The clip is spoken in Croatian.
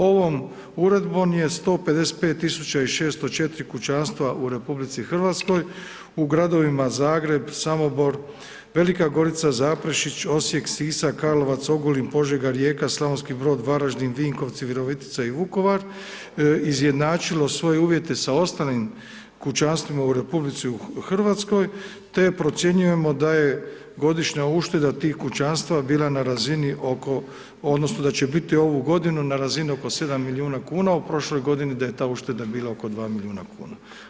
Ovom uredbom je 155.604 kućanstva u RH u gradovima Zagreb, Samobor, Velika Gorica, Zaprešić, Osijek, Sisak, Karlovac, Ogulin, Požega, Rijeka, Slavonski Brod, Varaždin, Vinkovci, Virovitica i Vukovar izjednačilo svoje uvjete sa ostalim kućanstvima u RH te procjenjujemo da je godišnja ušteda tih kućanstava bila na razini odnosno da će biti ovu godinu na razini oko 7 miliona kuna, u prošloj godini da je ta ušteda bila oko 2 miliona kuna.